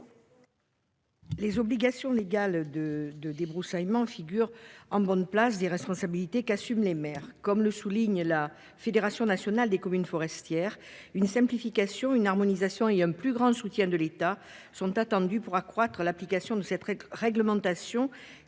Les obligations légales de de débroussaillement figure en bonne place des responsabilités qu'assument les mères, comme le souligne la Fédération nationale des communes forestières une simplification une harmonisation et un plus grand soutien de l'État sont attendus pour accroître l'application de cette règle réglementation